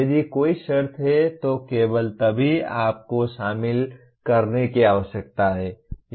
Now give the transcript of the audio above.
यदि कोई शर्त है तो केवल तभी आपको शामिल करने की आवश्यकता है